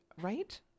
Right